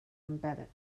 embedded